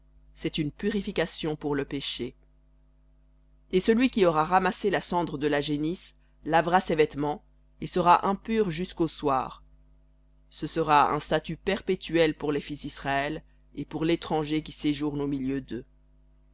c'est une purification pour le péché et celui qui aura ramassé la cendre de la génisse lavera ses vêtements et sera impur jusqu'au soir ce sera un statut perpétuel pour les fils d'israël et pour l'étranger qui séjourne au milieu d'eux